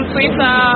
Twitter